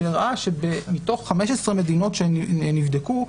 שהראה שמתוך 15 מדינות שנבדקו,